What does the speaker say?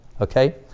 okay